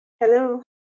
Hello